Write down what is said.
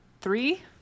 Three